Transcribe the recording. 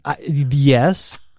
Yes